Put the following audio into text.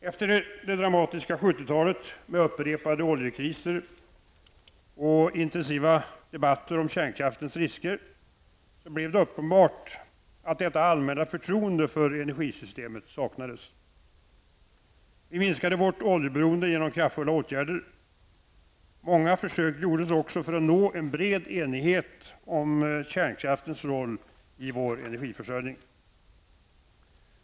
Efter det dramatiska 1970-talet med upprepade oljekriser och intensiv debatt om kärnkraftens risker blev det uppenbart att detta allmänna förtroende för energisystemet saknades. Vi minskade vårt oljeberoende genom kraftfulla åtgärder. Många försök gjordes också för att nå en bred enighet om kärnkraftens roll i vår energiförsörjning.